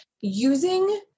using